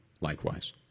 likewise